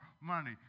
money